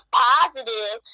positive